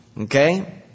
Okay